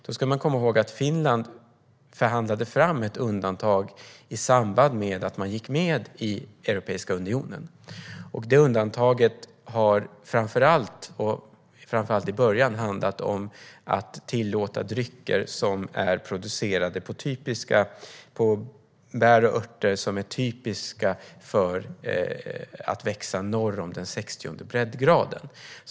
Då ska man komma ihåg att Finland förhandlade fram ett undantag i samband med att man gick med i Europeiska unionen. Det undantaget har framför allt, och framför allt i början, handlat om att tillåta drycker som är producerade på bär och örter som är typiska för att växa norr om den 60:e breddgraden.